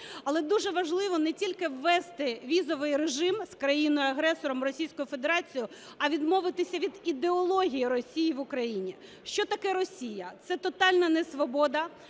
Але дуже важливо не тільки ввести візовий режим з країною-агресором Російською Федерацією, а відмовитися від ідеології Росії в Україні. Що таке Росія? Це тотальна несвобода,